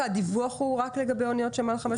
הדיווח הוא רק לגבי אניות עם מעל 5,000 טון.